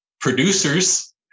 producers